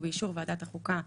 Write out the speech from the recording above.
ובאישור ועדת החוקה,